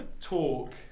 talk